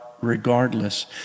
regardless